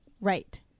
right